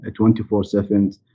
24/7